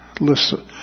Listen